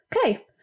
okay